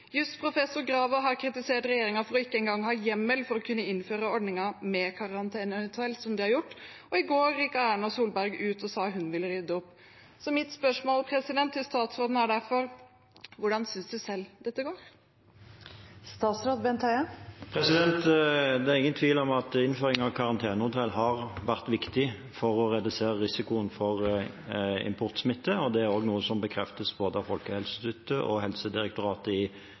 Jusprofessor Graver har kritisert regjeringen for ikke engang å ha hjemmel for å kunne innføre denne ordningen med karantenehotell, og i går rykket statsminister Erna Solberg ut og sa at hun ville rydde opp. Mitt spørsmål til statsråden er derfor: Hvordan synes han selv dette går? Det er ingen tvil om at innføringen av karantenehotell har vært viktig for å redusere risikoen for importsmitte. Det er også noe som bekreftes av både Folkehelseinstituttet og Helsedirektoratet i